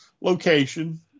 location